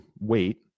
weight